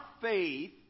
faith